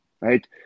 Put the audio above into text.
right